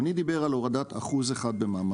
אדוני דיבר על הורדת 1% במע"מ,